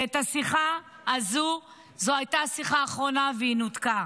השיחה הזו הייתה השיחה האחרונה, והיא נותקה.